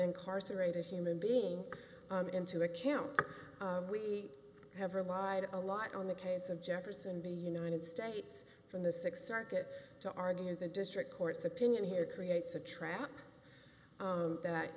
incarcerated human being into account we have relied a lot on the case of jefferson the united states from the six circuit to argue the district court's opinion here creates a trap that